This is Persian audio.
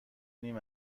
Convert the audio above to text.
نیم